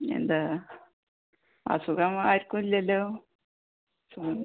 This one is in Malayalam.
എന്താ അസുഖം ആർക്കും ഇല്ലല്ലോ